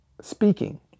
speaking